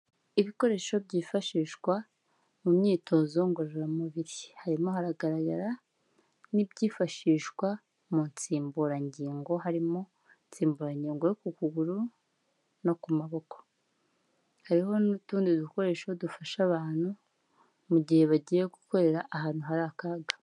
Ibikoresho byifashishwa mu myitozo ngororamubiri, harimo haragaragara n'ibyifashishwa mu nsimburangingo, harimo insimburangingo yo ku kuguru no ku maboko, hariho n'utundi dukoresho dufasha abantu mu gihe bagiye gukorera ahantu hari akaga.